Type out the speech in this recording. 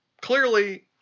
clearly